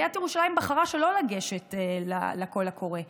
ועיריית ירושלים בחרה שלא לגשת לקול הקורא,